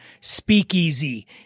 speakeasy